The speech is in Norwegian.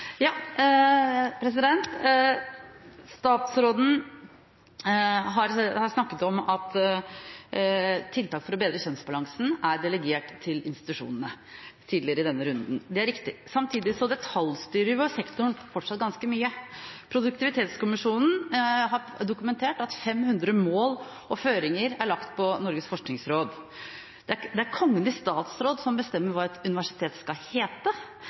institusjonene. Det er riktig. Samtidig detaljstyrer vi fortsatt sektoren ganske mye: Produktivitetskommisjonen har dokumentert at 500 mål og føringer er lagt på Norges forskningsråd. Det er Kongen i statsråd som bestemmer hva et universitet skal hete, departementet har meninger om hvilke tidsskrifter forskerne skal publisere i, og Stortinget detaljstyrer også når det